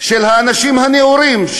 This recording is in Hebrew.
של האנשים הנאורים,